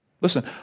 Listen